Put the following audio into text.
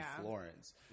Florence